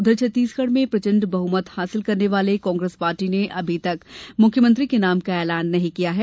उधर छत्तीसगढ़ में प्रचंड बहुमत हासिल करने वाले कांग्रेस पार्टी ने अभी तक मुख्यमंत्री के नाम का ऐलान नहीं किया है